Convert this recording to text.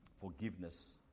forgiveness